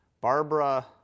Barbara